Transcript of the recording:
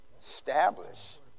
establish